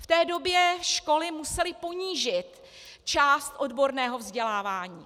V té době školy musely ponížit část odborného vzdělávání.